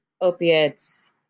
opiates